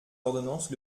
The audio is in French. ordonnances